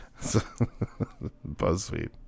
Buzzfeed